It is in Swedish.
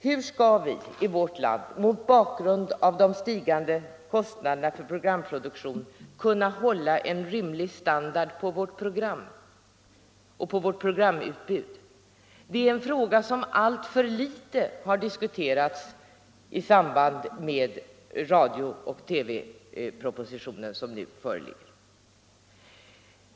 Hur skall vi i vårt land mot bakgrund av de stigande kostnaderna för programproduktionen kunna hålla rimlig standard på programutbudet? Det är en fråga som alltför litet har diskuterats i samband med den radio och TV-proposition som nu föreligger.